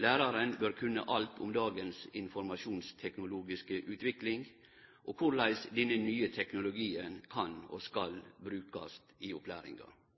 Læraren bør kunne alt om dagens informasjonsteknologiske utvikling og korleis denne nye teknologien kan og skal brukast i opplæringa.